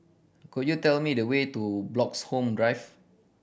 could you tell me the way to Bloxhome Drive